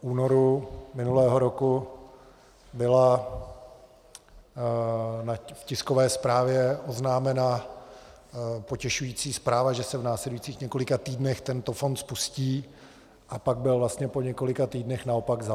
V únoru minulého roku byla v tiskové zprávě oznámena potěšující zpráva, že se v následujících několika týdnech tento fond spustí, a pak byl vlastně po několika týdnech naopak zavřen.